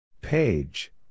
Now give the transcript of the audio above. Page